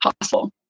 possible